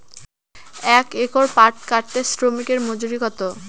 এক একর পাট কাটতে শ্রমিকের মজুরি কত?